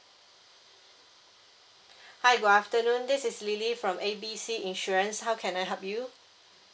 hi good afternoon this is lily from A B C insurance how can I help you